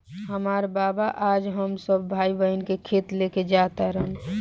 हामार बाबा आज हम सब भाई बहिन के खेत लेके जा तारन